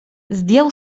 zdjął